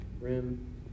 rim